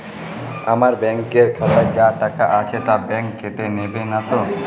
আমার ব্যাঙ্ক এর খাতায় যা টাকা আছে তা বাংক কেটে নেবে নাতো?